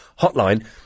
hotline